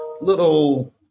little